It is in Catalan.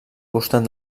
costat